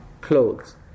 clothes